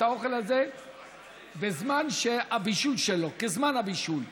האוכל הזה אחרי זמן כזמן הבישול שלו.